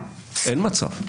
אין מצב.